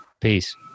Peace